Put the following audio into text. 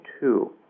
two